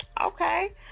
Okay